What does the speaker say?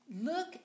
look